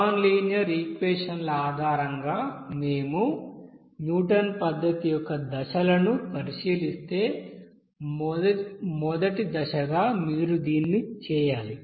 non linear equation ల ఆధారంగా మేము న్యూటన్ పద్ధతి యొక్క దశలను పరిశీలిస్తేమొదటి దశగా మీరు దీన్ని చేయాలి